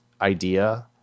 idea